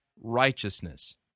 righteousness